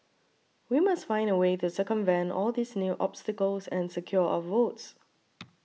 we must find a way to circumvent all these new obstacles and secure our votes